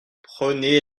prenez